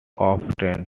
often